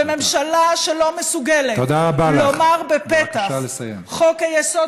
וממשלה שלא מסוגלת לומר בפתח חוק-היסוד